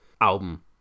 album